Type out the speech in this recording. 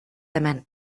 hemen